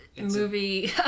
movie